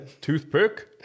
toothpick